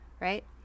right